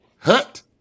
hut